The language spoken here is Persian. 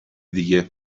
دیگه